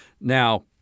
Now